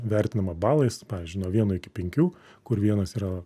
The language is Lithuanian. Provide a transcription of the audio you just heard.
vertinama balais pavyzdžiui nuo vieno iki penkių kur vienas yra